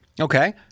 Okay